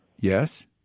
yes